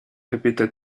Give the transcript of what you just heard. répéta